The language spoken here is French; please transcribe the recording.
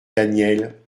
daniel